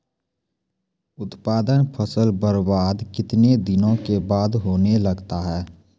उत्पादन फसल बबार्द कितने दिनों के बाद होने लगता हैं?